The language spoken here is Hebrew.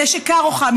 נשק קר או חם,